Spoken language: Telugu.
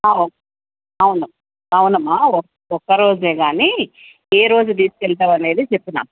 అవును అవును అవునమ్మ ఒక ఒక రోజే కానీ ఏ రోజు తీసుకు వెళ్తావు అనేది చెప్పు నాకు